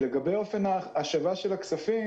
לגבי אופן ההשבה של הכספים